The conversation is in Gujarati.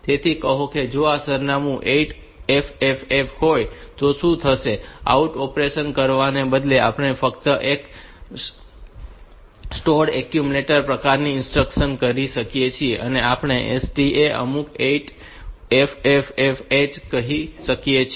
તેથી કહો કે જો આ સરનામું 8FFF હોય તો શું થશે કે આઉટ ઑપરેશન કરવાને બદલે આપણે ફક્ત એક સ્ટોર્ડ એક્યુમ્યુલેટર પ્રકારની ઇન્સ્ટ્રક્શન કહી શકીએ છીએ અને આપણે STA અમુક 8FFFH કહી શકીએ છીએ